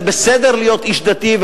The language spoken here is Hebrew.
זה בסדר להיות איש דתי,